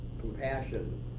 compassion